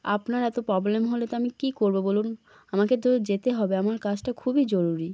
আপনার এত প্রবলেম হলে তো আমি কী করব বলুন আমাকে তো যেতে হবে আমার কাজটা খুবই জরুরি